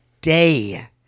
day